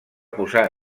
posar